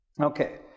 Okay